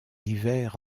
l’hiver